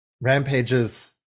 Rampage's